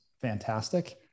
fantastic